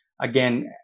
again